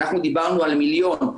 דיברנו על מיליון,